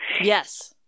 yes